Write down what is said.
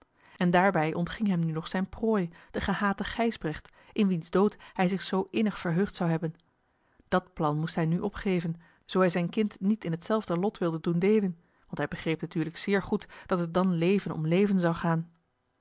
en daarbij ontging hem nu nog zijne prooi de gehate gijsbrecht in wiens dood hij zich zoo innig verheugd zou hebben dat plan moest hij nu opgeven zoo hij zijn kind niet in hetzelfde lot wilde doen deelen want hij begreep natuurlijk zeer goed dat het dan leven om leven zou gaan